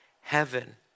heaven